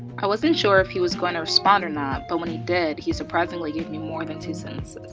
i wasn't sure if he was going o respond or not but when he did, he surprisingly gave me more than two sentences.